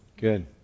good